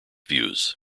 views